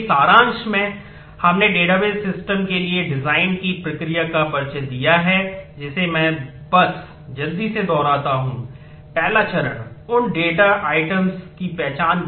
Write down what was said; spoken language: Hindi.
इसलिए सारांश में हमने डेटाबेस सिस्टम के बीच